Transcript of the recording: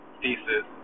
thesis